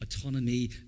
autonomy